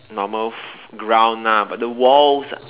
normal fl~ ground lah but the walls